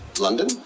London